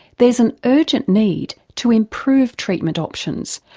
there's an urgent need to improve treatment options,